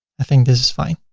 i think this is fine.